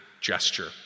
gesture